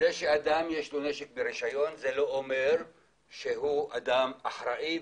זה שאדם יש לו נשק ברישיון זה לא אומר שהוא אדם אחראי,